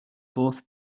both